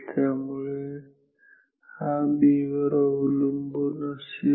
त्यामुळे हा B वर अवलंबून असेल